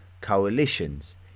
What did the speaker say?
coalitions